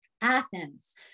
Athens